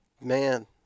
man